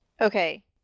Okay